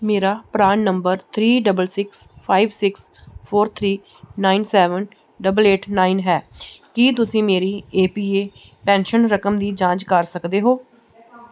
ਮੇਰਾ PRAN number three double six five six four three nine seven double eight nine ਹੈ ਕੀ ਤੁਸੀਂ ਮੇਰੀ ਏ ਪੀ ਏ ਪੈਨਸ਼ਨ ਰਕਮ ਦੀ ਜਾਂਚ ਕਰ ਸਕਦੇ ਹੋ